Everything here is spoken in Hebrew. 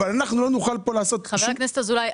אבל אנחנו לא נוכל פה לעשות שום --- חבר הכנסת אזולאי,